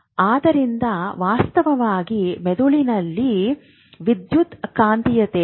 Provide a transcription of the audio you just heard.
ಆದ್ದರಿಂದ ವಾಸ್ತವವಾಗಿ ಮೆದುಳಿನಲ್ಲಿ ವಿದ್ಯುತ್ಕಾಂತೀಯತೆ ಇದೆ